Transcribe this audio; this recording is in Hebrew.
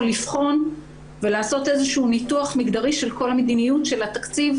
לבחון ולעשות איזה שהוא ניתוח מגדרי של כל המדיניות של התקציב